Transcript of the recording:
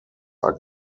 are